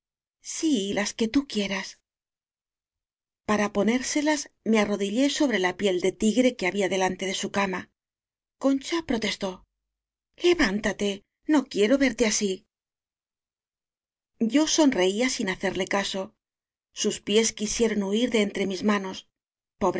sí las que tú quieras para ponérselas me arrodillé sobre la piel de tigre que había delante de su cama con cha protestó levántate no quiero verte así yo sonreía sin hacerle caso sus pies qui sieron huir de entre mis manos